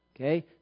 okay